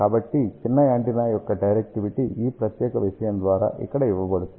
కాబట్టి చిన్న యాంటెన్నా యొక్క డైరెక్టివిటీ ఈ ప్రత్యేకమైన విషయం ద్వారా ఇక్కడ ఇవ్వబడుతుంది